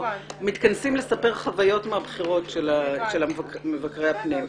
אנחנו מתכנסים לספר חוויות של מבקרי הפנים מהבחירות.